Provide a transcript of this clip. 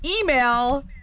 email